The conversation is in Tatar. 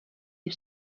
дип